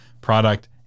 product